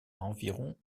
environ